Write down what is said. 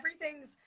Everything's